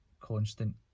constant